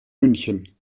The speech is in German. münchen